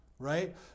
right